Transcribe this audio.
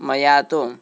मया तु